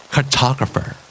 Cartographer